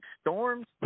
storms